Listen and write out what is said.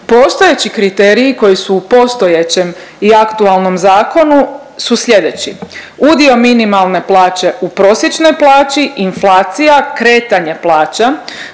postojeći kriteriji koji su u postojećem i aktualnom zakonu su sljedeći, udio minimalne plaće u prosječnoj plaći, inflacija, kretanje plaća,